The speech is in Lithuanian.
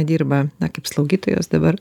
dirba na kaip slaugytojos dabar